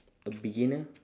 a beginner